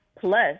plus